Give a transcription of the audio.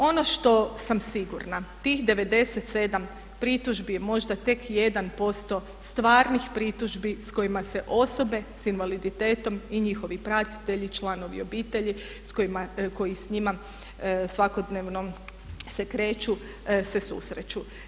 Ono što sam sigurna, tih 97 pritužbi je možda tek 1% stvarnih pritužbi s kojima se osobe s invaliditetom i njihovi pratitelji, članovi obitelji koji s njima svakodnevno se kreću se susreću.